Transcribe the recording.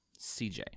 CJ